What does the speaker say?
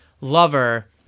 lover